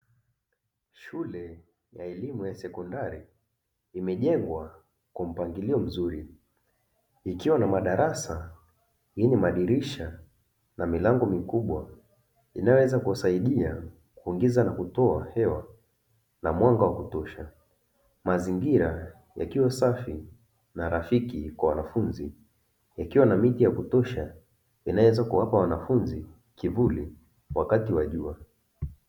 Shule ya elimu ya sekondari imejengwa kwa mpangilio mzuri. Ikiwa na madarasa yenye madirisha na milango mikubwa, inayoweza kuwasaidia kuingiza na kutoa hewa na mwanga wa kutosha. Mazingira yakiwa safi na rafiki kwa wanafunzi, yakiwa na miti ya kutosha, inayoweza kuwapa wanafunzi kivuli wakati wa jua.